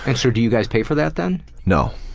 and so do you guys pay for that then? no.